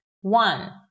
One